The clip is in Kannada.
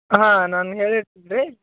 ಹಾಂ ನಾನು ಹೇಳಿರ್ತೀನಿ ರೀ